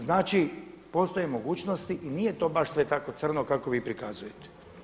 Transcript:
Znači postoje mogućnosti i nije to baš sve tako crno kako vi prikazujete.